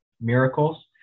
miracles